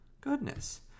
Goodness